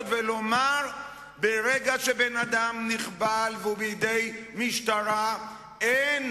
ולומר שברגע שבן-אדם נכבל והוא בידי משטרה אין